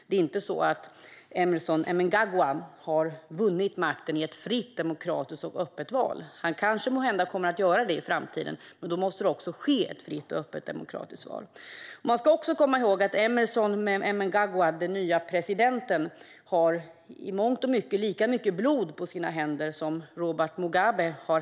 Det är inte så att Emmerson Mnangagwa har vunnit makten i ett fritt, demokratiskt och öppet val. Måhända kommer han att göra det i framtiden, men då måste det också ske ett fritt, öppet och demokratiskt val. Vi ska komma ihåg att Emmerson Mnangagwa, den nye presidenten, i mångt och mycket har lika mycket blod på sina händer som Robert Mugabe.